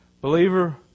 Believer